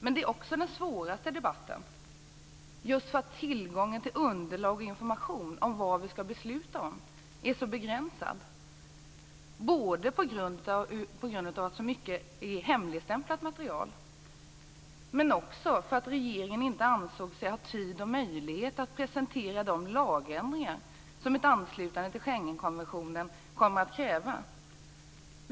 Men det är också den svåraste debatten, just därför att tillgången till underlag och information om vad vi skall besluta om är så begränsad, både på grund av att så mycket är hemligstämplat material och på grund av att regeringen inte ansåg sig ha tid och möjlighet att presentera de lagändringar som ett anslutande till Schengenkonventionen kommer att kräva.